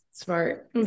smart